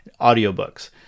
audiobooks